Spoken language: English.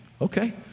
okay